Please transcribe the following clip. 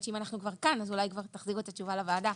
אם אנחנו כבר כאן אולי תחזירו את התשובה לוועדה